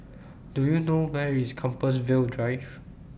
Do YOU know Where IS Compassvale Drive